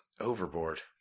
overboard